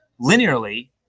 linearly